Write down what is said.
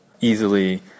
easily